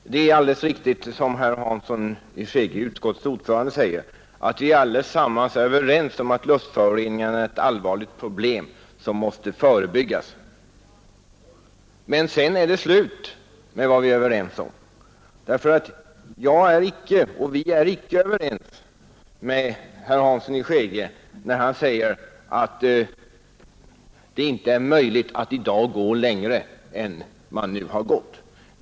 Herr talman! Det är alldeles riktigt som utskottets ordförande herr Hansson i Skegrie säger, att vi allesammans är överens om att luftföroreningarna är ett allvarligt problem som måste förebyggas. Men sedan är det slut med vår enighet. Folkpartiet är nämligen icke överens med herr Hansson i Skegrie när han säger att det inte är möjligt att i dag gå längre än man nu har gjort.